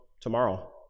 tomorrow